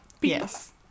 yes